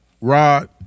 Rod